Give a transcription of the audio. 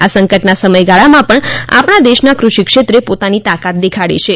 આ સંકટના સમયગાળામાં પણ આપણા દેશના ક્રષિક્ષેત્રે પોતાની તાકાત દેખાડી છે